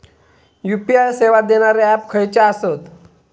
UPI सेवा देणारे app खयचे आसत?